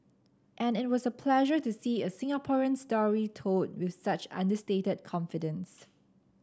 and it was a pleasure to see a Singaporean story told with such understated confidence